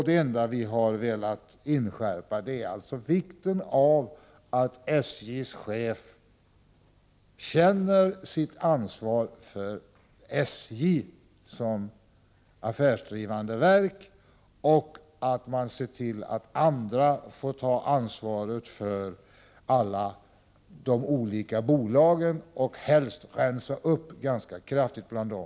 Det enda vi har velat inskärpa är vikten av att SJ:s chef känner sitt ansvar för SJ som affärsdrivande verk och att man ser till att andra får ta ansvaret för alla de olika bolagen och helst rensa upp ganska kraftigt bland dem.